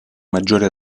maggiori